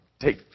take